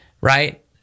right